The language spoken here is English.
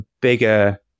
bigger